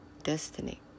destiny